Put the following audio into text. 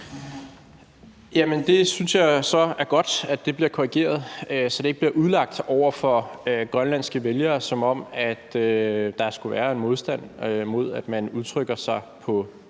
Jeg synes så, det er godt, at det bliver korrigeret, så det ikke bliver udlagt over for grønlandske vælgere, som om der skulle være en modstand mod, at man udtrykker sig på